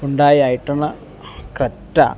Hyundai i ten Creta